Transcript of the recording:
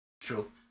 True